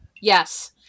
Yes